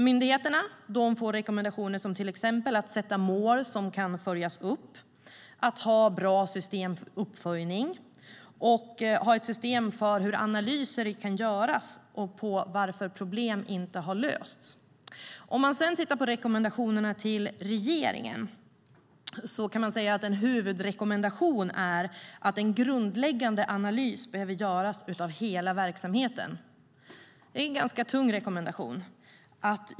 Myndigheterna får rekommendationer som att sätta mål som kan följas upp, att ha bra systemuppföljning och att ha ett system för hur analyser kan göras och varför problem inte har lösts. Om vi sedan tittar på rekommendationerna till regeringen kan vi se att en huvudrekommendation är att en grundläggande analys behöver göras av hela verksamheten. Det är en ganska tung rekommendation.